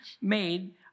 made